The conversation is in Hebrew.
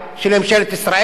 של ממשלת ישראל?